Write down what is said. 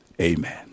Amen